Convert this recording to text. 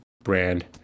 brand